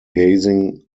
gazing